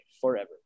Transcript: forever